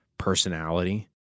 Personality